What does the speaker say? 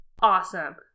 awesome